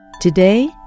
Today